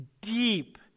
deep